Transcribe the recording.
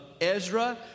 Ezra